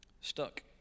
stuck